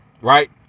right